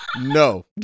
no